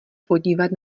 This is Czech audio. podívat